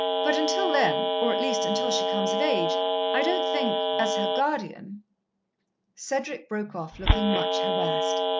but until then or at least until she comes of age i don't think as her guardian cedric broke off, looking much harassed.